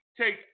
take